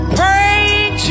praying